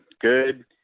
Good